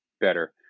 better